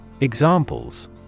Examples